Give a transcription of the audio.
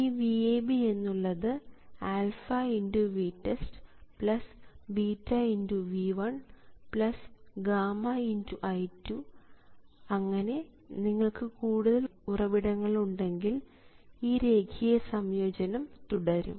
ഈ VAB എന്നുള്ളത് α×VTEST β×V1 γ×I2 അങ്ങനെ നിങ്ങൾക്ക് കൂടുതൽ ഉറവിടങ്ങൾ ഉണ്ടെങ്കിൽ ഈ രേഖീയ സംയോജനം തുടരും